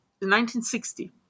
1960